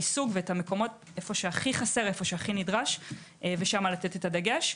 איפה שהכי חסר ונדרש ושם לתת את הדגש.